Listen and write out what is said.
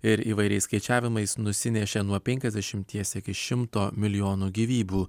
ir įvairiais skaičiavimais nusinešė nuo penkiasdešimties iki šimto milijonų gyvybių